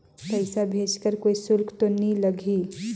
पइसा भेज कर कोई शुल्क तो नी लगही?